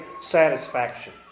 satisfaction